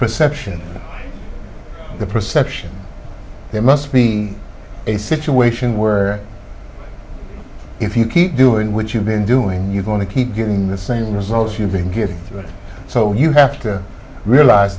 perception the perception there must be a situation where if you keep doing what you've been doing you're going to keep getting the same results you've been getting so you have to realize